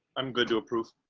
i'm going to approve.